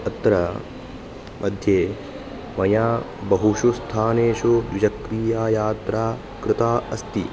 अत्र मध्ये मया बहुषु स्थानेषु द्विचक्रीया यात्रा कृता अस्ति